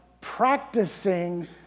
practicing